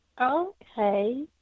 Okay